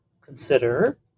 consider